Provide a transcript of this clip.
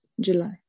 July